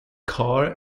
car